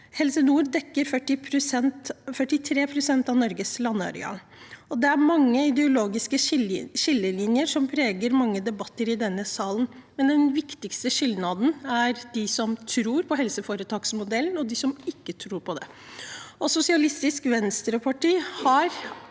Helse nord dekker 43 pst. av Norges landareal. Det er mange ideologiske skillelinjer som preger mange debatter i denne salen, men den viktigste skilnaden er mellom dem som tror på helseforetaksmodellen, og dem som ikke tror på den. Sosialistisk Venstreparti har